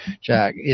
Jack